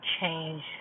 change